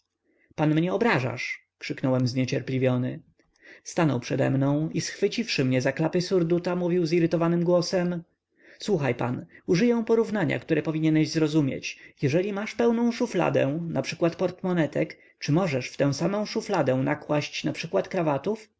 pan mnie obrażasz krzyknąłem zniecierpliwiony stanął przedemną i schwyciwszy mnie za klapy surduta mówił zirytowanym głosem słuchaj pan użyję porównania które powinieneś zrozumieć jeżeli masz pełną szufladę naprzykład portmonetek czy możesz w tę samę szufladę nakłaść na przykład krawatów